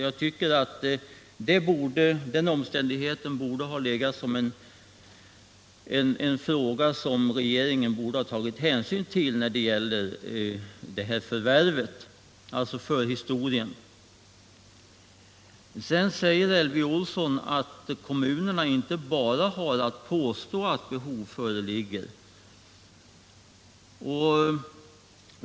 Jag tycker mot bakgrund av detta att regeringen borde ha tagit hänsyn till förhistorien till det här förvärvet. Elvy Olsson säger vidare att kommunerna inte bara har att meddela att behov föreligger.